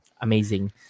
amazing